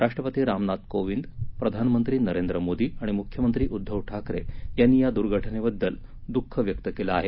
राष्ट्रपती रामनाथ कोविंद प्रधानमंत्री नरेंद्र मोदी आणि मुख्यमंत्री उद्धव ठाकरे यांनी या दुर्घटनेबद्दल दुख व्यक्त केलं आहे